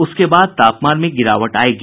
उसके बाद तापमान में गिरावट आयेगी